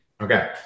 Okay